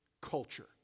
culture